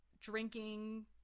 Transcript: drinking